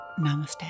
Namaste